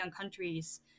countries